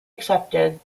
accepted